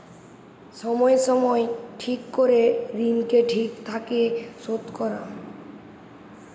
সময় সময় ঠিক করে ঋণকে ঠিক থাকে শোধ করা